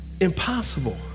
impossible